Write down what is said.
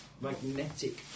magnetic